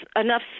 enough